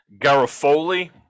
Garofoli